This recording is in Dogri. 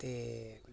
ते